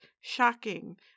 shocking